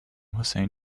hussein